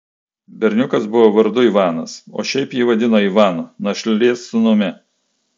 berniukas buvo vardu ivanas o šiaip jį vadino ivanu našlės sūnumi